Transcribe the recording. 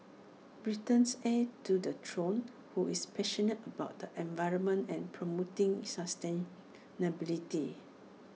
Britain's heir to the throne who is passionate about the environment and promoting sustainability